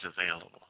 available